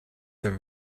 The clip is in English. the